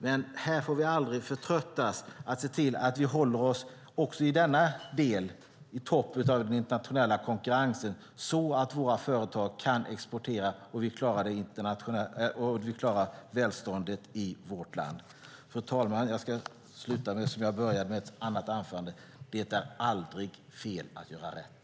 Men här får vi aldrig förtröttas när det gäller att se till att vi också i denna del håller oss i topp i den internationella konkurrensen så att våra företag kan exportera och att vi klarar välståndet i vårt land. Jag ska sluta detta anförande på följande sätt: Det är aldrig fel att göra rätt.